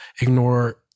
ignore